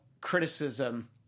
criticism